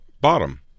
bottom